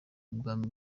bwami